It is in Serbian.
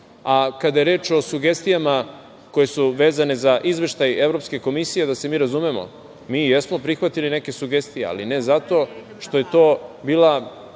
je reč o sugestijama koje su vezane za izveštaj Evropske komisije, da se mi razumemo, mi jesmo prihvatili neke sugestije, ali ne zato što je to bio